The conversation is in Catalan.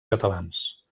catalans